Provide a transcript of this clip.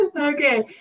okay